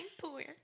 poor